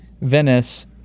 venice